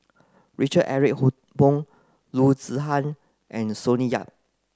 Richard Eric Holttum Loo Zihan and Sonny Yap